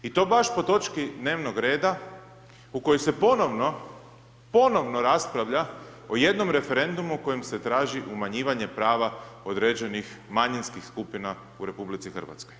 I to baš po točci dnevnog reda, u kojoj se ponovno, ponovno raspravlja o jednom referendumu u kojem se traži umanjivanje prava određenih manjinskih skupina u RH.